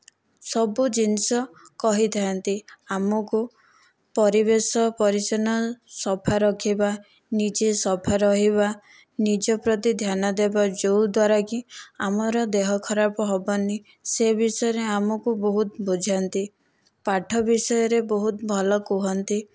ସବୁ ଜିନିଷ କହିଥାନ୍ତି ଆମକୁ ପରିବେଶ ପରିଚ୍ଛନ ସଫା ରଖିବା ନିଜେ ସଫା ରହିବା ନିଜ ପ୍ରତି ଧ୍ୟାନ ଦେବା ଯେଉଁ ଦ୍ୱାରା କି ଆମର ଦେହ ଖରାପ ହବନି ସେ ବିଷୟ ରେ ଆମକୁ ବହୁତ ବୁଝାନ୍ତି ପାଠ ବିଷୟରେ ବହୁତ ଭଲ କୁହନ୍ତି